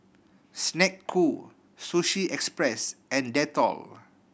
Snek Ku Sushi Express and Dettol